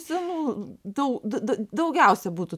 senų dau d d daugiausia būtų